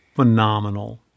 Phenomenal